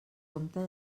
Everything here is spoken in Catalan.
compte